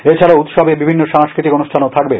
এছাড়াও উৎসবে বিভিন্ন সাংস্কৃতিক অনুষ্ঠানও থাকবে